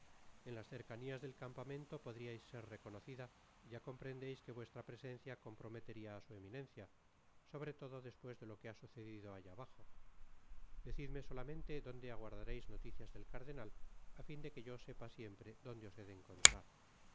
en las cercanias del campamento podríais ser reconocida y ya comprendeis que vuestra presencia comprometería á su eminencia sobre todo despues de lo que ha sucedido allá bajo decidme solamente donde aguardareis noticias del cardenal á fin de que yo sepa siempre donde os he de encontrar